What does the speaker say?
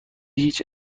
هیچ